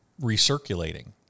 recirculating